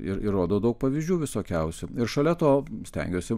ir įrodo daug pavyzdžių visokiausių ir šalia to stengiuosi